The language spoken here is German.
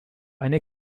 eine